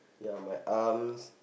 ya my arms